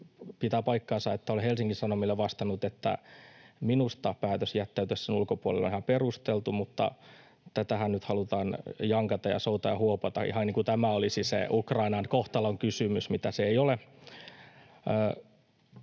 pitää paikkansa, että olen Helsingin Sanomille vastannut, että minusta päätös jättäytyä sen ulkopuolelle on ihan perusteltu, mutta tätähän nyt halutaan jankata ja soutaa ja huovata, [Välihuutoja vasemmistoliiton ryhmästä] ihan niin kuin tämä olisi se Ukrainan kohtalonkysymys, mitä se ei ole.